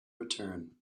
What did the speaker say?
return